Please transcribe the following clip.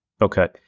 Okay